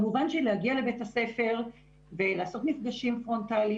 כמובן שלהגיע לבית הספר ולעשות מפגשים פרונטליים